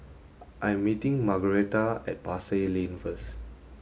I am meeting Margaretta at Pasar Lane first